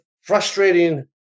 frustrating